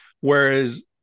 whereas